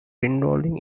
involving